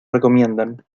recomiendan